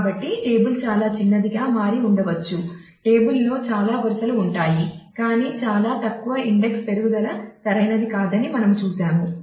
కాబట్టి టేబుల్ చాలా చిన్నదిగా మారి ఉండవచ్చు టేబుల్లో చాలా వరుసలు ఉంటాయి కానీ చాలా తక్కువ ఇండెక్స్ పెరుగుదల సరైనది కాదని మనము చూశాము